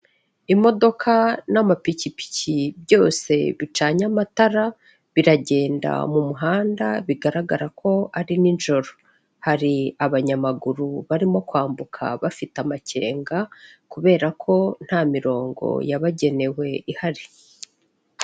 Imodoka n'amapikipiki byose bicanye amatara, biragenda mu muhanda bigaragara ko ari ninjoro, hari abanyamaguru barimo kwambuka bafite amakenga kubera ko nta mirongo yabagenewe ihari.